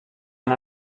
una